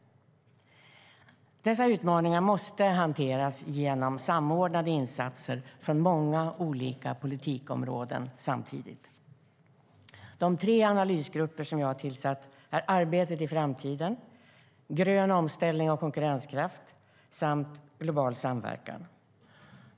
Dessa utmaningar måste hanteras genom samordnade insatser från många olika politikområden samtidigt. De tre analysgrupper som jag har tillsatt är Arbetet i framtiden, Grön omställning och konkurrenskraft samt Global samverkan.